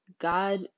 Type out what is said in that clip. God